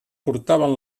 portaven